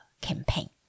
campaign